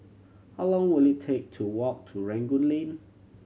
how long will it take to walk to Rangoon Lane